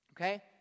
Okay